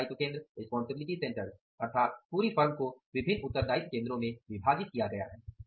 उत्तरदायित्व केंद्र अर्थात पूरी फर्म को विभिन्न उत्तरदायित्व केंद्रों में विभाजित किया गया है